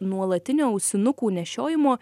nuolatinio ausinukų nešiojimo